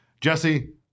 Jesse